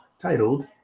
titled